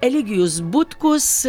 eligijus butkus